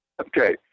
Okay